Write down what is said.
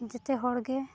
ᱡᱚᱛᱚ ᱦᱚᱲ ᱜᱮ